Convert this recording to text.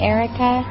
Erica